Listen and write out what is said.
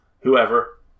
whoever